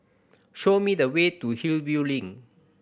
show me the way to Hillview Link